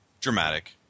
Dramatic